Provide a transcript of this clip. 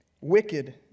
wicked